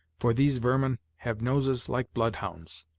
for these vermin have noses like bloodhounds.